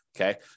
okay